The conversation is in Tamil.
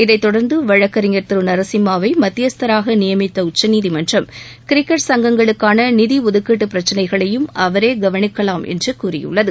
இதை தொடர்ந்து வழக்கறிஞர் திரு நரசிம்மாவை மத்தியஸ்தராக நியமித்த உச்சநீதிமன்றம் கிரிக்கெட் சங்கங்களுக்கான நிதி ஒதுக்கீடு பிரச்னைகளையும் அவரே கவனிக்கலாம் என்று கூறியுள்ளது